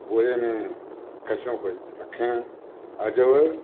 बोरे में कचरों को रखें और जो